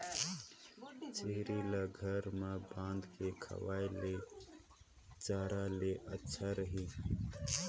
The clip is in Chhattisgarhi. छेरी ल घर म बांध के खवाय ले चराय ले अच्छा रही?